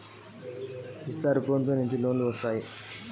Phone pay నుండి అప్పు ఇత్తరా?